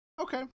okay